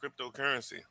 cryptocurrency